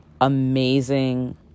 amazing